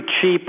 cheap